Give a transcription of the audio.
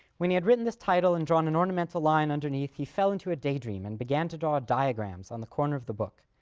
when he had written this title and drawn an ornamental line underneath, he fell into a daydream and began to draw diagrams on the cover of the book.